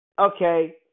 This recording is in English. okay